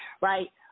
right